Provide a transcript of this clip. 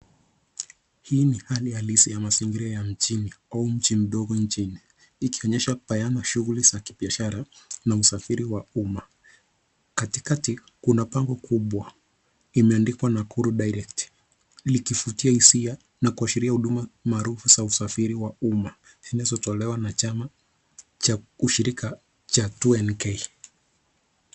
Hii ni hali halisi ya mazingira ya mjini au mji mdogo nchini ikionyesha bayana shughuli za kibiashara na usafiri wa umma. Katika kuna bango kubwa imeandikwa Nakuru direct ikivutia hisia na kuashiria huduma maarufu za usafiri wa umma zinazotolewa na chama cha 2NK.